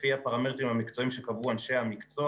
האם זה קשור גם למחלוקת?